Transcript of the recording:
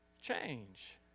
change